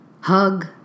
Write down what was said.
hug